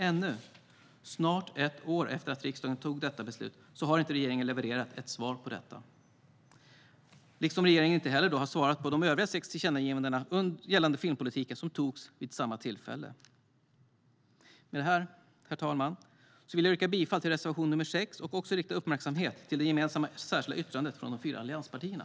Ännu, snart ett år efter riksdagens beslut, har regeringen inte levererat ett svar på detta, liksom regeringen heller inte har svarat på de övriga sex tillkännagivanden gällande filmpolitiken som beslutades om vid samma tillfälle. Med detta, herr talman, vill jag yrka bifall till reservation 6 och också rikta uppmärksamhet mot det gemensamma särskilda yttrandet från de fyra allianspartierna.